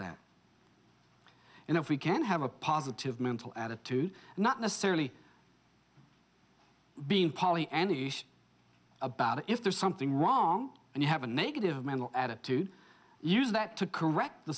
that and if we can have a positive mental attitude not necessarily being poly any about it if there's something wrong and you have a negative mental attitude use that to correct the